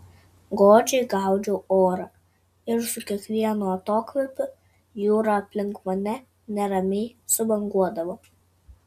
godžiai gaudžiau orą ir su kiekvienu atokvėpiu jūra aplink mane neramiai subanguodavo